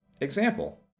example